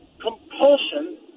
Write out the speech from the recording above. compulsion